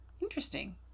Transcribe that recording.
Interesting